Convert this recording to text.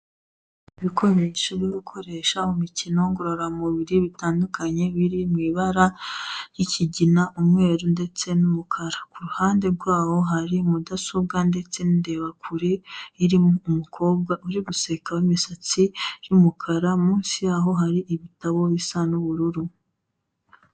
Ibikoresho byo gukoresha umukino ngororamubiri bitandukanye biri mu ibara, ry'ikigina umweru ndetse n'umukara, ku ruhande rwaho hari mudasobwa ndetse n'indebakure irimo umukobwa uri guseka w'imisatsi y'umukara munsi yaho hari ibitabo bisa n'ubururu.